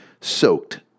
soaked